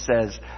says